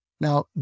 Now